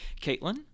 Caitlin